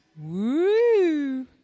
Woo